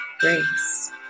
grace